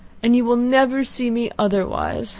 and you will never see me otherwise.